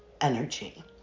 energy